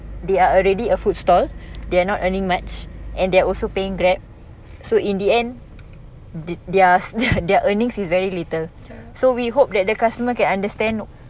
they are already a food stall they are not earning much and they're also paying grab so in the end the their their earnings is very little so we hope that the customer can understand